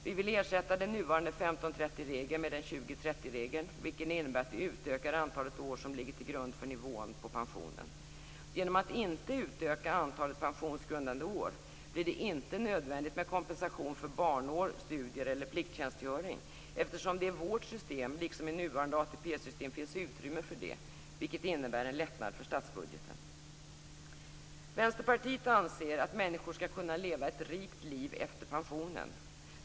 Vi vill ersätta den nuvarande 15 30-regel, vilket innebär att vi utökar antalet år som ligger till grund för nivån på pensionen. Om man inte utökar antalet pensionsgrundande år blir det inte nödvändigt med kompensation för barnår, studier eller plikttjänstgöring, eftersom det i vårt system liksom i nuvarande ATP-system finns utrymme för det, vilket innebär en lättnad för statsbudgeten. Vänsterpartiet anser att människor skall kunna leva ett rikt liv efter pensionen.